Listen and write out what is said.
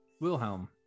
Wilhelm